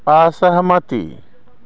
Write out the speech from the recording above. असहमति